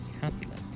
Capulet